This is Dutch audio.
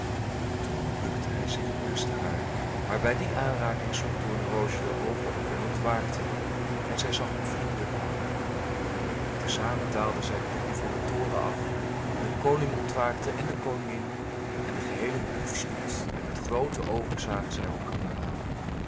toen bukte hij zich en kuste haar maar bij die aanraking sloeg doornenroosje de oogen op en ontwaakte en zij zag hem vriendelijk aan te zamen daalden zij toen van den toren af en de koning ontwaakte en de koningin en de geheele hofstoet en met groote oogen zagen zij elkander aan